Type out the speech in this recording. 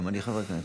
גם אני חבר כנסת.